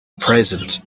present